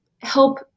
help